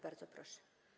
Bardzo proszę.